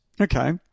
Okay